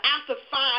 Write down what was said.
after-five